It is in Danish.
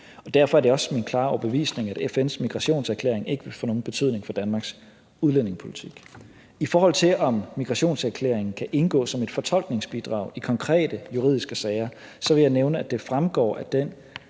derfor er det også min klare overbevisning, at FN's migrationserklæring ikke vil få nogen betydning for Danmarks udlændingepolitik. I forhold til om migrationserklæringen kan indgå som et fortolkningsbidrag i konkrete juridiske sager, vil jeg nævne, at det fremgår af den